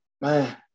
man